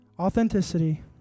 Authenticity